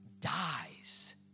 dies